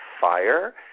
fire